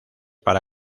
para